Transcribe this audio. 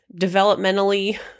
developmentally